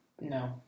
No